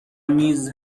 نیز